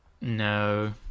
No